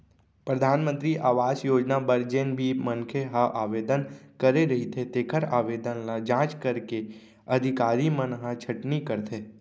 परधानमंतरी आवास योजना बर जेन भी मनखे ह आवेदन करे रहिथे तेखर आवेदन ल जांच करके अधिकारी मन ह छटनी करथे